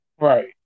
Right